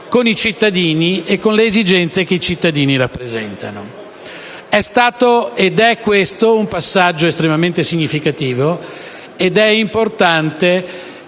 con i cittadini e con le esigenze che i cittadini rappresentano. Questo è stato ed è un passaggio estremamente significativo ed è importante